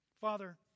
Father